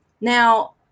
Now